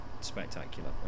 spectacular